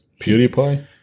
PewDiePie